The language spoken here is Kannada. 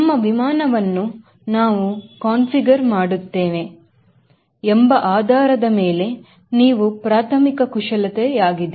ನಮ್ಮ ವಿಮಾನವನ್ನು ನಾವು ಕಾನ್ಫಿಗರ್ ಮಾಡುತ್ತೇವೆ ಎಂಬ ಆಧಾರದ ಮೇಲೆ ಇವು ಪ್ರಾಥಮಿಕ ಕುಶಲತೆಯಾಗಿದೆ